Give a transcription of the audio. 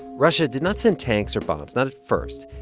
russia did not send tanks or bombs not at first.